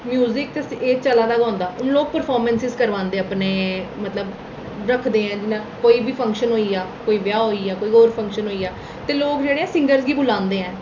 music बिच एह् चलै दा होंदा ओह् लोकल परफार्मैंसां करवांदे कन्नै मतलब रखदे न कोई बी फंक्शनडिहलमूगदल़ होई गेआ कोई ब्याह होई गेआ कोई होर फंक्शन होई गेआ ते लोक जेह्ड़े सींगर गी बुलांदे न